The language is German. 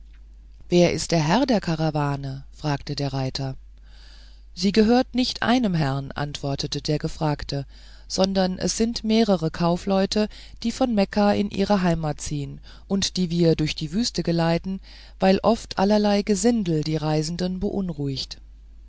wer ist der herr der karawane fragte der reiter sie gehört nicht einem herrn antwortete der gefragte sondern es sind mehrere kaufleute die von mekka in ihre heimat ziehen und die wir durch die wüste geleiten weil oft allerlei gesindel die reisenden beunruhigt